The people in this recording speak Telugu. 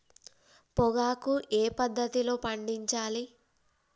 పొగాకు ఏ పద్ధతిలో పండించాలి?